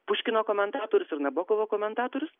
puškino komentatorius ir nabokovo komentatorius